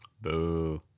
Boo